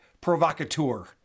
provocateur